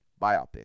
biopic